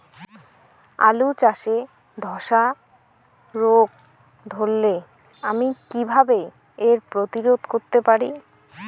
আলু চাষে ধসা রোগ ধরলে আমি কীভাবে এর প্রতিরোধ করতে পারি?